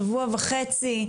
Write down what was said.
שבוע וחצי,